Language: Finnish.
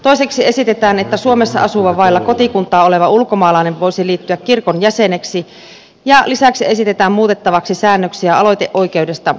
toiseksi esitetään että suomessa asuva vailla kotikuntaa oleva ulkomaalainen voisi liittyä kirkon jäseneksi ja lisäksi esitetään muutettavaksi säännöksiä aloiteoikeudesta hiippakuntavaltuustoon